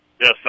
Yes